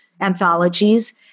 anthologies